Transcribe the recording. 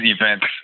events